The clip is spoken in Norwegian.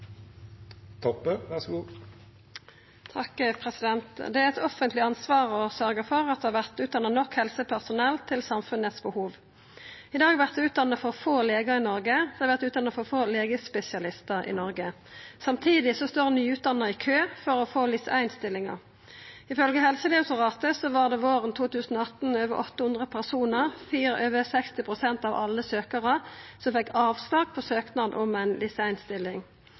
eit offentleg ansvar å sørgja for at det vert utdanna nok helsepersonell til samfunnets behov. I dag vert det utdanna for få legar i Noreg. Det vert utdanna for få legespesialistar i Noreg. Samtidig står nyutdanna i kø for å få LIS1-stillingar. Ifølgje Helsedirektoratet var det våren 2018 over 800 personar, over 60 pst. av alle søkjarar, som fekk avslag på søknaden om ein